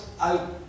al